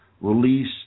release